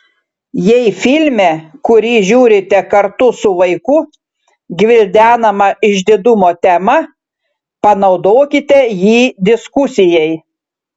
jei filme kurį žiūrite kartu su vaiku gvildenama išdidumo tema panaudokite jį diskusijai